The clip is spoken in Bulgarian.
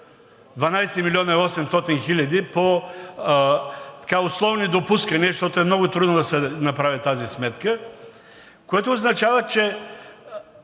12 милиона 800 хиляди по условни допускания, защото е много трудно да се направи тази сметка, което означава, че